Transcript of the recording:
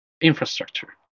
infrastructure